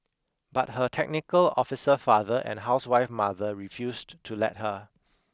but her technical officer father and housewife mother refused to let her